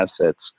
assets